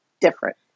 different